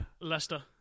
Leicester